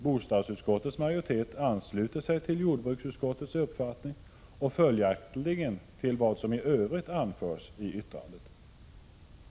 Bostadsutskottets majoritet ansluter sig till jordbruksutskottets uppfattning och följaktligen till vad som i övrigt anförs i yttrandet.